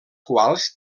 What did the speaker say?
quals